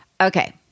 Okay